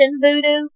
voodoo